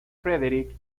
frederick